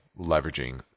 leveraging